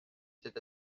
c’est